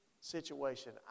situation